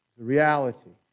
reality